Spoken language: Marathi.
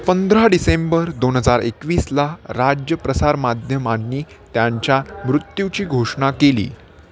पंधरा डिसेंबर दोन हजार एकवीसला राज्य प्रसार माध्यमांनी त्यांच्या मृत्यूची घोषणा केली